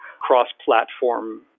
cross-platform